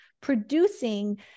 producing